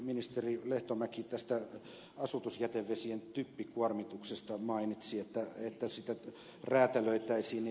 ministeri lehtomäki mainitsi asutusjätevesien typpikuormituksesta että niitä lupaehtoja räätälöitäisiin